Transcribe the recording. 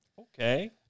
okay